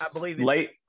late